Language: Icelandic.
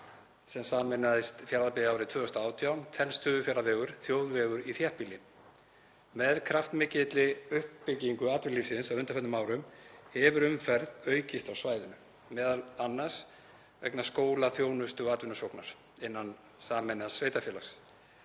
sem sameinaðist Fjarðabyggð árið 2018, telst Suðurfjarðavegur þjóðvegur í þéttbýli. Með kraftmikilli uppbyggingu atvinnulífsins á undanförnum árum hefur umferð aukist á svæðinu, m.a. vegna skóla-, þjónustu- og atvinnusóknar innan sameinaðs sveitarfélags,